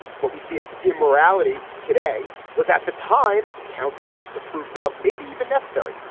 what we see as immorality today was at the time countenanced, approved of maybe even necessary?